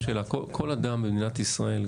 כל אדם במדינת ישראל,